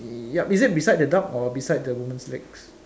yup is it beside the dog or beside the woman's legs